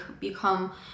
become